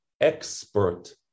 expert